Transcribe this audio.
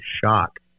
shock